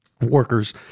workers